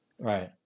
Right